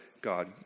God